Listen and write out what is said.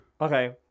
Okay